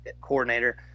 coordinator